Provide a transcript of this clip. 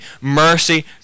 Mercy